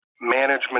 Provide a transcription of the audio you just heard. management